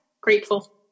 grateful